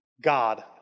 God